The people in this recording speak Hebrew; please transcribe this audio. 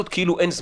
זו הדרך